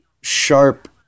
sharp